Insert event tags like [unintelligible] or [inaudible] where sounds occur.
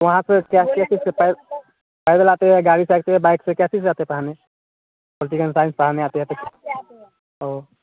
वहाँ पर क्या [unintelligible] पैदल आते हैं या गाड़ी से आते हैं बाइक से कैसे आते हैं पॉलिटिकल साइंस पढ़ाने आते हैं [unintelligible] तो ओह